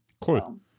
Cool